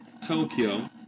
Tokyo